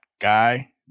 guy